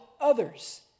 others